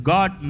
God